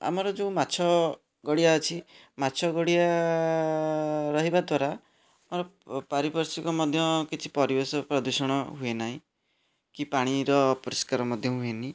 ଆମର ଯେଉଁ ମାଛ ଗାଡ଼ିଆ ଅଛି ମାଛ ଗାଡ଼ିଆ ରହିବା ଦ୍ଵାରା ପାରିପାର୍ଶ୍ଵିକ ମଧ୍ୟ କିଛି ପରିବେଶ ପ୍ରଦୂଷଣ ହୁଏ ନାଇଁ କି ପାଣିର ଅପରିଷ୍କାର ମଧ୍ୟ ହୁଏନି